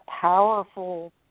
powerful